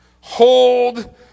Hold